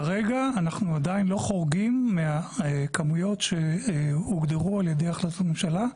כרגע אנחנו עדיין לא חורגים מהכמויות שהוגדרו על ידי החלטת ממשלה,